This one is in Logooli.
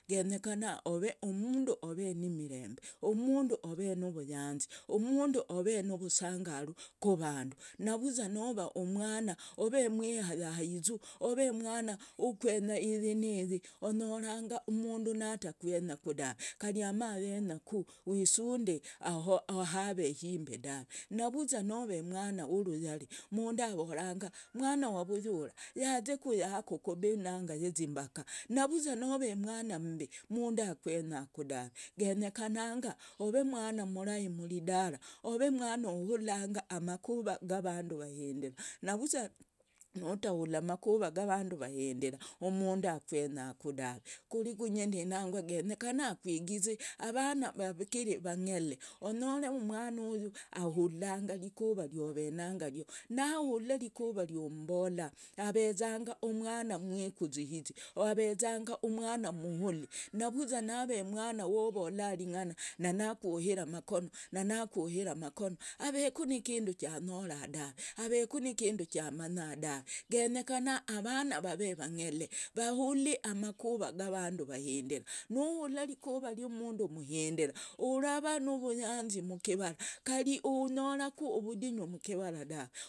Genyekana ove umndu ove nimirembe, umndu ove nuvuyanzi, umndu ove nuvusangaru kuvandu navuza nuva umwana ove mwihayahaizu ove umwana iyi niyi, onyoranga umundu natakwenyaku daave navuza nove umwana wuruyari umundu avoranga umwana wa vuyura yazeku yaha kukubi nangaye zimbaka navuza nove umwana mmbi umundu akwenyaku daave, genyekananga ove umwana mrahi mridara ove umwana uhulanga makuva gavandu vahindira, navuza nutahula makuva gavandu vahindira umndu akwenyaku daave, kurigunyandinanga genyekana kwigizi avana vakiri avang'ele onyore umwanuyu ahulanga rikuva ryovenaryo, na ahula rikuva ryummbola, avezanga umwana mwikuziri, avezanga mwana mhuli navuza nave umwana wovola ring'ana nakwuhira makono na nakwuhira amakono aveku nikindu chanyora daave, aveku nikindu chamanya daave, genyekana avana vave wang'ele vahuli amakuva gavandu vahindira nihula rikuva ryumundu mhindira urava nuvuyanzi mkivara, kari onyoraku vudinyu mkivara daave.